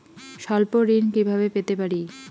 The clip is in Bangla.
স্বল্প ঋণ কিভাবে পেতে পারি?